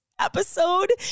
episode